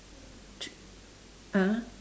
ch~ ah